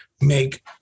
make